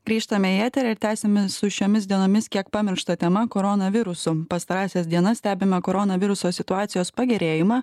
grįžtame į eterį ir tęsiame su šiomis dienomis kiek pamiršta tema korona virusu pastarąsias dienas stebime koronaviruso situacijos pagerėjimą